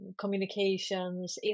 communications